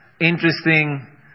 interesting